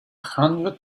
hundred